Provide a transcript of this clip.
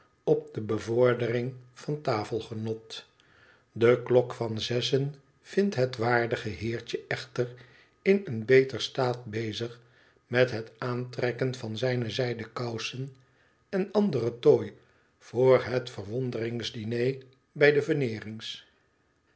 op de bevordering van tafelgenot de klok van zessen vindt het waardige heertje echter in een beter staat bezig met het aantrekken van zijne zijden kousen en anderen tooi voor het verwonderings diner bij de veneerings